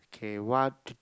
okay what